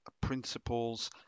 principles